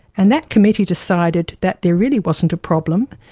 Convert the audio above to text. and that committee decided that there really wasn't a problem.